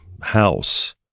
house